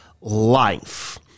life